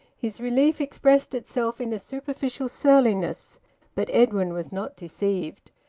his relief expressed itself in a superficial surliness but edwin was not deceived.